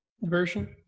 version